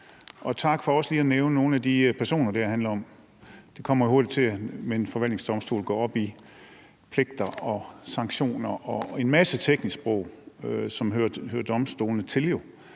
og tak for også lige at nævne nogle af de personer, som det her handler om. Med en forvaltningsdomstol kommer det hurtigt til at gå op i pligter, sanktioner og en masse teknisk sprog, som jo hører domstolene til,